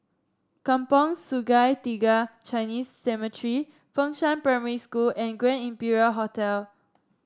Kampong Sungai Tiga Chinese Cemetery Fengshan Primary School and Grand Imperial Hotel